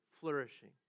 flourishing